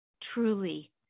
truly